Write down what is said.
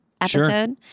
episode